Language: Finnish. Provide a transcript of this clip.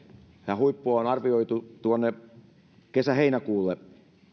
ja huippu on arvioitu tuonne kesä heinäkuulle